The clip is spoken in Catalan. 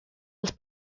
els